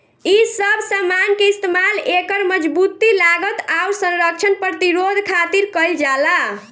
ए सब समान के इस्तमाल एकर मजबूती, लागत, आउर संरक्षण प्रतिरोध खातिर कईल जाला